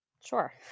Sure